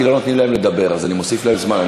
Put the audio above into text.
כי לא נותנים להם לדבר אז אני מוסיף להם זמן.